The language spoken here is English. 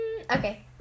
Okay